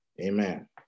Amen